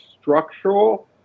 structural